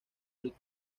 rico